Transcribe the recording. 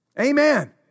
Amen